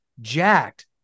jacked